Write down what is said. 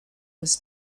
was